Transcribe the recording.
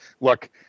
look